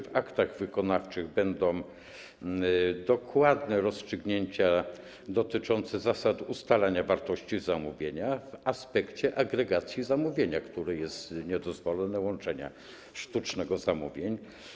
Czy w aktach wykonawczych będą dokładne rozstrzygnięcia dotyczące zasad ustalania wartości zamówienia w aspekcie agregacji zamówienia, które jest niedozwolone, sztucznego łączenia zamówień?